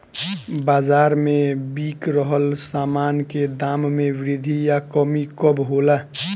बाज़ार में बिक रहल सामान के दाम में वृद्धि या कमी कब होला?